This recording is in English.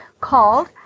called